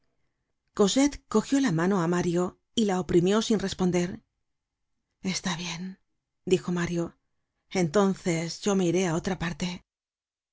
cosette cogió la mano á mario y la oprimió sin responder está bien dijo mario entonces yo me iré á otra parte